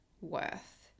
worth